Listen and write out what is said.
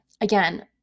again